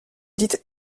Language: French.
dites